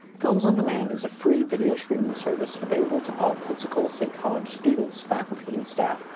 films on demand is a free video streaming service available to all pensacola state college students, faculty, and staff,